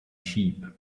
sheep